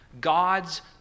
God's